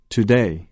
Today